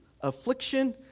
affliction